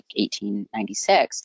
1896